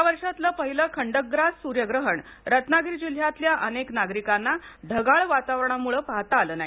या वर्षातलं पहिलं खंडग्रास सूर्यप्रहण रत्नागिरी जिल्ह्यातल्या अनेक नागरिकांना ढगाळ वातावरणामुळे पाहता आलं नाही